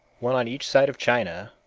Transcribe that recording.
one on each side of china,